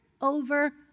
over